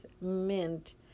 mint